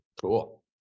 Cool